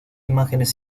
imágenes